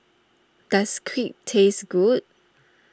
does Crepe taste good